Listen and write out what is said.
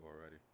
already